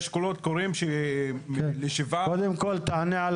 יש קולות קוראים --- קודם כל תענה על